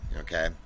okay